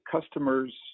customers